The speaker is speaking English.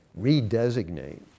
redesignate